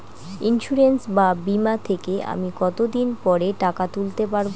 Insurance বা বিমা থেকে আমি কত দিন পরে টাকা তুলতে পারব?